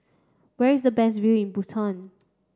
where is the best view in Bhutan